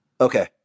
Okay